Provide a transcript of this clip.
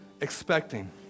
expecting